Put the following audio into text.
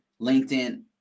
LinkedIn